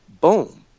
boom